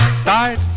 start